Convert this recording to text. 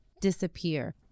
disappear